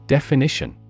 Definition